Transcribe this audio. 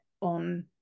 on